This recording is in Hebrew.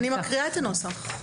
אני מקריאה את הנוסח.